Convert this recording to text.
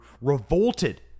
revolted